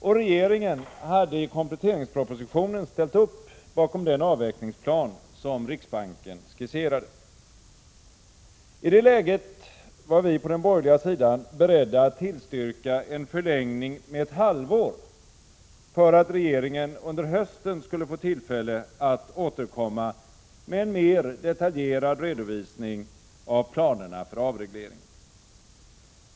Och regeringen hade i kompletteringspropositionen ställt upp bakom den avvecklingsplan som riksbanken skisserade. I det läget var vi på den borgerliga sidan beredda att tillstyrka en förlängning med ett halvår för att regeringen under hösten skulle få tillfälle att återkomma med en mer detaljerad redovisning av planerna för avregleringen.